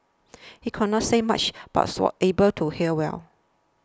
he could not say much but was able to hear well